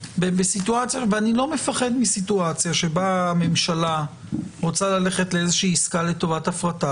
אני לא מפחד מסיטואציה בה הממשלה רוצה ללכת לאיזושהי עסקה לטובת הפרטה